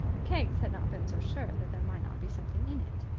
keggs had not been so sure that there might not be something in it.